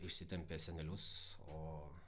išsitempė senelius o